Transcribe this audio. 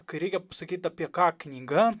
kai reikia pasakyt apie ką knyga